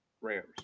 Rams